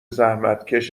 زحمتکش